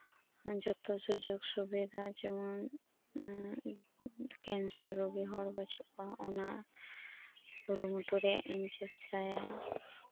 ᱡᱚᱛᱚ ᱥᱩᱡᱚᱜ ᱥᱩᱵᱤᱫᱷᱟ ᱡᱮᱢᱚᱱ ᱠᱮᱱᱥᱟᱨ ᱨᱩᱜᱤ ᱦᱚᱲ ᱵᱟᱹᱪᱩᱜ ᱠᱚᱣᱟ ᱚᱱᱟ ᱠᱩᱨᱩᱢᱩᱴᱩ ᱨᱮᱭᱟᱜ ᱤᱧ ᱪᱮᱥᱴᱟᱭᱟ